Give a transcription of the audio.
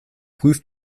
prüft